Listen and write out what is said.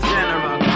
General